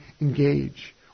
engage